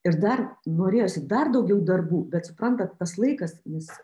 ir dar norėjosi dar daugiau darbų bet suprantat tas laikas jis